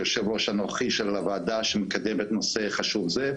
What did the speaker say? וליושב-ראש הנוכחי של הוועדה שמקדם את הנושא החשוב הזה.